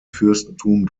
fürstentum